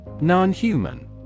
Non-human